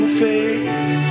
face